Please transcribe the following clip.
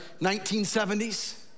1970s